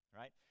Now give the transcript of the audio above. right